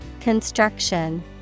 Construction